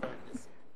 חבר הכנסת.